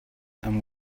and